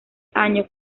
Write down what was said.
año